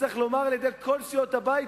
וצריך לומר: על-ידי כל סיעות הבית,